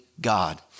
God